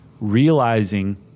realizing